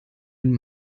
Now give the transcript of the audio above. den